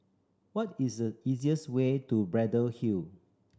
what is the easiest way to Braddell Hill